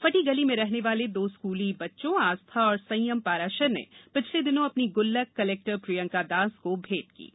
पटी गली में रहने वाले दो स्कूली बच्चों आस्था और संयम पाराशर ने पिछले दिनों अपनी गुल्लक कलेक्टर प्रियंका दास को भेंट की है